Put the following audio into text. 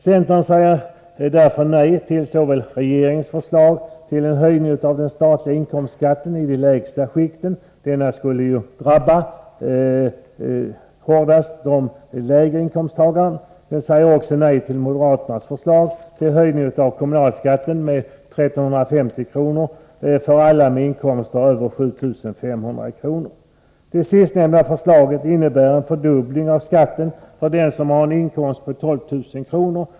» Centern säger därför nej till såväl regeringens förslag till höjning av den statliga inkomstskatten i de lägsta skikten — denna skulle ju hårdast drabba de lägre inkomsttagarna — som moderaternas förslag till höjning av kommunalskatten med 1 350 kr. för alla med inkomster över 7 500 kr. Det sistnämnda förslaget innebär en fördubbling av skatten för den som har en inkomst på 12 000 kr.